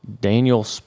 Daniel